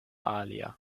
alia